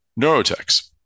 Neurotex